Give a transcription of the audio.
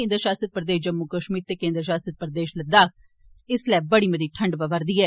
केन्द्र शासित प्रदेश जम्मू कश्मीर ते केन्द्र शासित प्रदेश लद्दाख इसलै बड़ी मती ठंड पवा'रदी ऐ